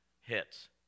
hits